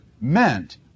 meant